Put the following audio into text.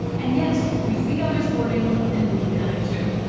and yet, we see others hoarding and we panic too.